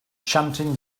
chanting